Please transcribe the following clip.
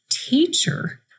teacher